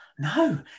no